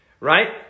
Right